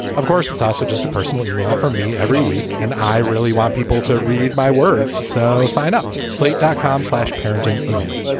of course, it's also just a personal email for me every week and i really want people to read my words. so sign up slate dot com slash parenting email.